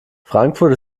frankfurt